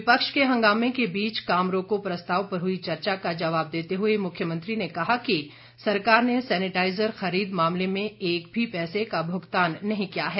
विपक्ष के हंगामे के बीच काम रोको प्रस्ताव पर हुई चर्चा का जवाब देते हुए मुख्यमंत्री ने कहा कि सरकार ने सैनेटाइजर खरीद मामले में एक भी पैसे का भुगतान नहीं किया है